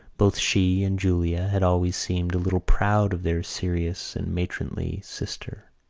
both she and julia had always seemed a little proud of their serious and matronly sister.